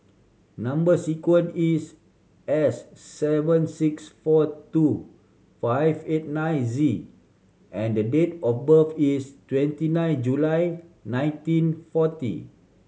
number sequence is S seven six four two five eight nine Z and the date of birth is twenty nine July nineteen forty